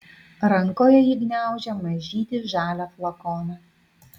rankoje ji gniaužė mažytį žalią flakoną